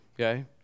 okay